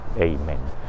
Amen